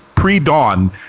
pre-dawn